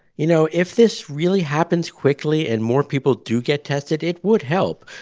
you know, if this really happens quickly and more people do get tested, it would help.